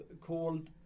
called